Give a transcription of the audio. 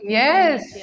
yes